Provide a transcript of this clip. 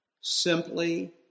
Simply